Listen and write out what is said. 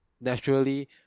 naturally